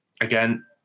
again